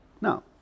Now